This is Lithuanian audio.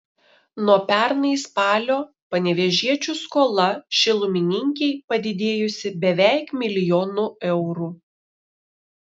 nuo pernai spalio panevėžiečių skola šilumininkei padidėjusi beveik milijonu eurų